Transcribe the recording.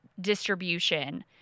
distribution